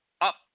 up